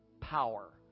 power